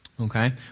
okay